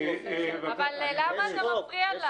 כשארגון --- אבל מה אתה מפריע לה?